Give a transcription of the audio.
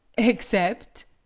except?